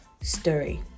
story